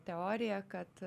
teoriją kad